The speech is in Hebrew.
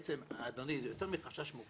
בעצם, אדוני, זה יותר מחשש.